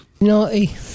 Naughty